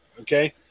Okay